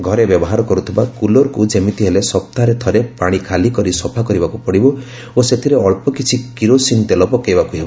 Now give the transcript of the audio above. ଘରେ ବ୍ୟବହାର କରୁଥିବା କୁଲରକୁ ଯେମିତିହେଲେ ସପ୍ତାହରେ ଥରେ ପାଣି ଖାଲି କରି ସଫା କରିବାକୁ ପଡିବ ଓ ସେଥିରେ ଅଞ୍ଚକିଛି କିରୋସିନି ତେଲ ପକାଇବାକୁ ହେବ